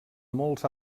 molts